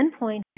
endpoint